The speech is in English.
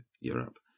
Europe